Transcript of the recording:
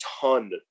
ton